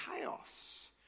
chaos